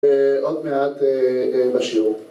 ‫עוד מעט בשיעור.